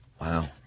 Wow